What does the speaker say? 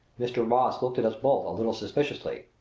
mr. moss looked at us both a little suspiciously.